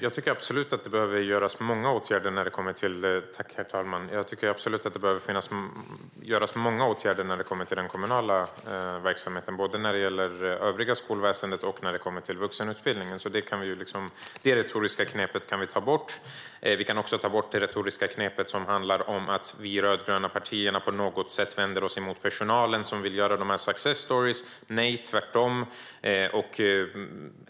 Herr talman! Det behöver absolut göras många åtgärder i den kommunala verksamheten. Det gäller både övriga skolväsendet och vuxenutbildningen. Det retoriska knepet kan vi ta bort. Vi kan också ta bort det retoriska knep som handlar om att vi i de rödgröna partierna på något sätt vänder oss mot personalen som vill göra success stories. Nej, det är tvärtom.